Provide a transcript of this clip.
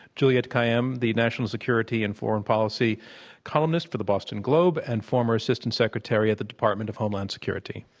juliette kayyem, the national security and foreign policy columnist for the boston globe and former assistant secretary at the department of homeland security.